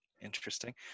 Interesting